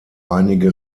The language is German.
einige